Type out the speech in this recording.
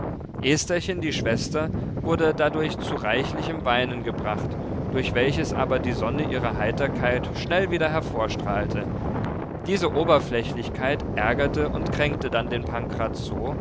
estherchen die schwester wurde dadurch zu reichlichem weinen gebracht durch welches aber die sonne ihrer heiterkeit schnell wieder hervorstrahlte diese oberflächlichkeit ärgerte und kränkte dann den